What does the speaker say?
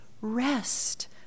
rest